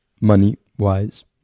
Money-wise